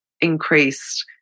increased